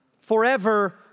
forever